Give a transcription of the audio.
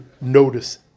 notice